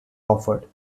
offered